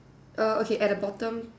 uh okay at the bottom